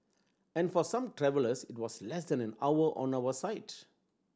and for some travellers it was less than an hour on our side